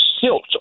Silt